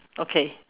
okay